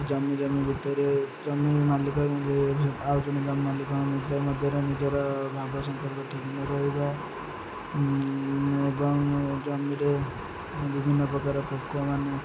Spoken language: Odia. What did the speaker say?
ଜମି ଜମି ଭିତରେ ଜମି ମାଲିକ ଆଉଛନ୍ତି ଜମି ମାଲିକ ନିଜ ମଧ୍ୟରେ ନିଜର ଭାବ ସମ୍ପର୍କ ଠିକ୍ ନରହିବା ଏବଂ ଜମିରେ ବିଭିନ୍ନ ପ୍ରକାର ପୋକମାନେ